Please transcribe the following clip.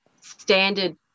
standard